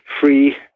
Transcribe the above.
free